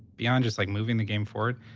beyond just, like, moving the game forward,